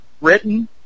written